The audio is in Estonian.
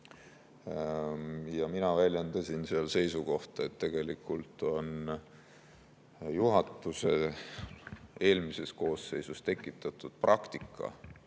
Mina väljendasin seisukohta, et tegelikult on juhatuse eelmises koosseisus tekitatud praktika,